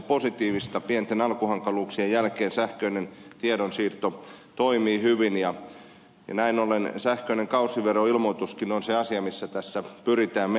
pienten alkuhankaluuksien jälkeen sähköinen tiedonsiirto toimii hyvin ja näin ollen sähköinen kausiveroilmoituskin on se asia missä tässä pyritään menemään